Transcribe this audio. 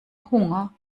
hunger